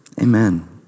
Amen